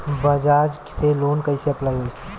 बजाज से लोन कईसे अप्लाई होई?